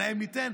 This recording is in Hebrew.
להם ניתן,